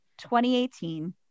2018